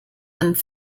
and